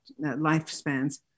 lifespans